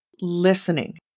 listening